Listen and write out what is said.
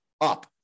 up